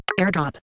airdrop